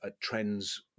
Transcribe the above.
trends